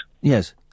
Yes